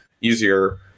easier